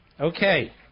Okay